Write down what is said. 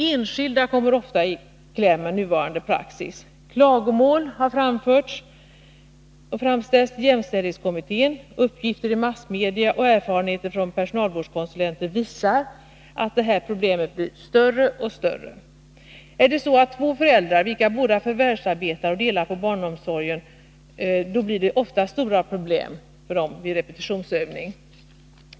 Enskilda kommer ofta i kläm med nuvarande praxis. Klagomål har framställts till jämställdhetskommittén. Uppgifter i massmedia och erfarenheter från personalvårdskonsulenter visar att det här problemet blir större och större. Är det så att två föräldrar förvärvsarbetar och delar på barnomsorgen blir det ofta stora problem för dem vid repetitionsövning.